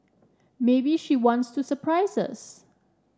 maybe she wants to surprise us